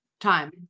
time